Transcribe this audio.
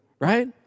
right